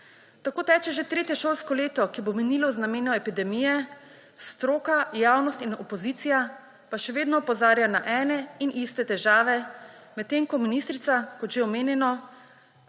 Tako teče že tretje šolsko leto, ki bo minilo v znamenju epidemije, stroka, javnost in opozicija pa še vedno opozarjajo na ene in iste težave, medtem ko se ministrica, kot že omenjeno,